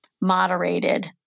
moderated